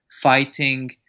fighting